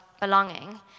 belonging